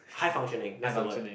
high functioning that's the word